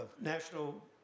National